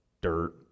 dirt